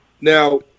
Now